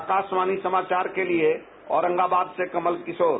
आकाशवाणी समाचार के लिए औरंगाबाद से कमल किशोर